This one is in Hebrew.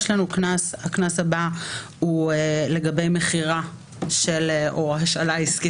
הקנס הבא הוא לגבי מכירה או השאלה עסקית